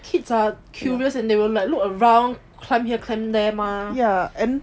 kids are curious and they will like look around climb here climb there mah